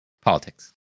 Politics